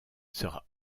sera